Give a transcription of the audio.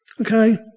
Okay